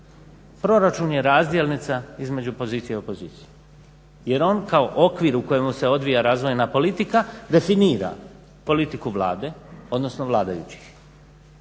Proračun je razdjelnica između pozicije i opozicije jer on kao okvir u kojemu se odvija razdvojena politika definira politiku Vlade, odnosno vladajućih.